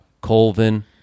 Colvin